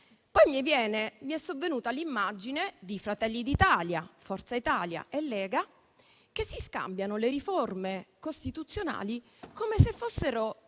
Poi mi è sovvenuta l'immagine di Fratelli d'Italia, Forza Italia e Lega che si scambiano le riforme costituzionali come se fossero